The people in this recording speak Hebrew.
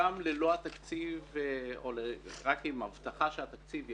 גם ללא התקציב או רק עם הבטחה שהתקציב יגיע.